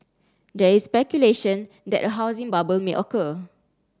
there is speculation that a housing bubble may occur